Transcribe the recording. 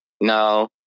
no